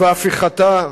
והפיכתם